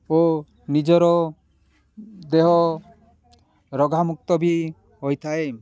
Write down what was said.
ଓ ନିଜର ଦେହ ରୋଗମୁକ୍ତ ବି ହୋଇଥାଏ